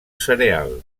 cereal